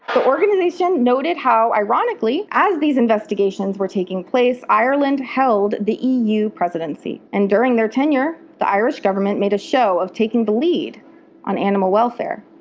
the organization noted how ironically, as these investigations were taking place, ireland held the eu presidency. and during their tenure, the irish government made a show of taking the lead on animal welfare.